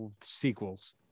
sequels